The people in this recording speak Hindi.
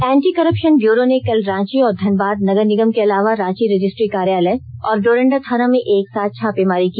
एंटी करप्षन ब्यूरो ने कल रांची और धनबाद नगर निगम के अलावा रांची रजिस्ट्री कार्यालय और डोरंडा थाना में एक साथ छापेमारी की